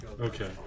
okay